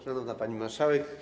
Szanowna Pani Marszałek!